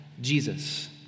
Jesus